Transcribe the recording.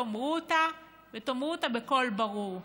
תאמרו אותה, ותאמרו אותה בקול ברור.